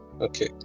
okay